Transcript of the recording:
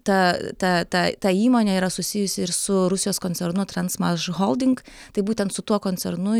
ta ta ta ta įmonė yra susijusi ir su rusijos koncernu transmašholding tai būtent su tuo koncernu